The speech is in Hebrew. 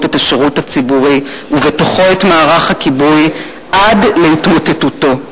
את השירות הציבורי ובתוכו את מערך הכיבוי עד להתמוטטותו.